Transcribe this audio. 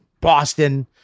Boston